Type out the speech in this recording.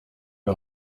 wir